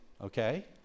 okay